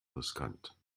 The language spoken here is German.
riskant